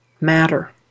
matter